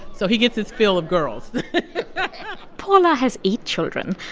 so he gets his fill of girls paula has eight children.